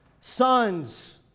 sons